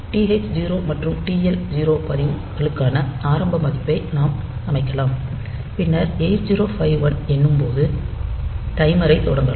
TH0 மற்றும் TL0 பதிவுகளுக்கான ஆரம்ப மதிப்பை நாம் அமைக்கலாம் பின்னர் 8051 எண்ணும்போது டைமரைத் தொடங்கலாம்